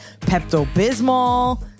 Pepto-Bismol